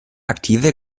aktive